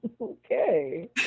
Okay